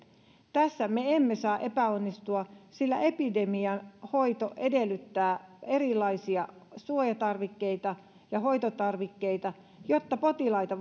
tässä me emme saa epäonnistua sillä epidemian hoito edellyttää erilaisia suojatarvikkeita ja hoitotarvikkeita jotta potilaita